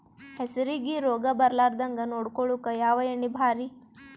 ಹೆಸರಿಗಿ ರೋಗ ಬರಲಾರದಂಗ ನೊಡಕೊಳುಕ ಯಾವ ಎಣ್ಣಿ ಭಾರಿ?